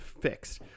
Fixed